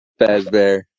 Fazbear